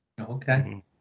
okay